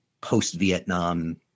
post-Vietnam